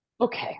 okay